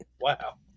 Wow